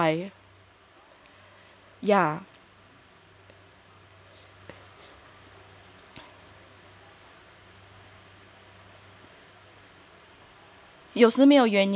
yeah